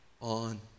on